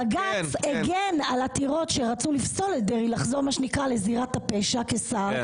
בג"צ הגן על עתירות שרצו לפסול את דרעי לחזור לזירות הפשע כשר,